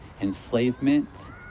enslavement